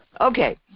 Okay